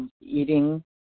eating